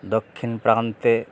দক্ষিণ প্রান্তে